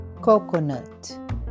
coconut